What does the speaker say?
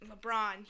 LeBron